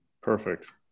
Perfect